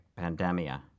pandemia